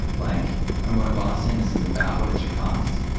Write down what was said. like if i'm going to boston, this is about what it should cost,